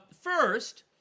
First